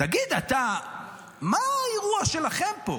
תגיד, מה האירוע שלכם פה?